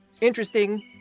interesting